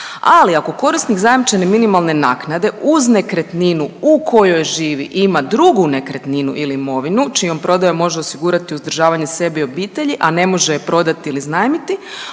Ali ako korisnik zajamčene minimalne naknade uz nekretninu u kojoj živi ima drugu nekretninu ili imovinu čijom prodajom može osigurati uzdržavanje sebe i obitelji, a ne može je prodati ili iznajmiti